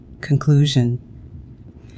Conclusion